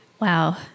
Wow